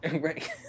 Right